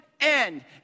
end